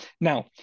Now